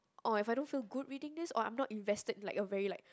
oh if I don't feel good reading this or I'm not invested like a very like